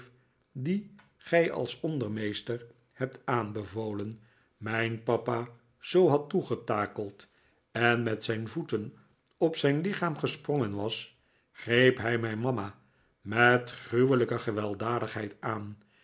dien gij als ondermeester hebt aanbevolen mijn papa zoo had toegetakeld en met zijn voeten op zijn lichaam gesprongen was greep hij mijn mama met gruwelijke gewelddadigheid aan